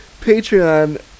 Patreon